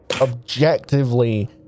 objectively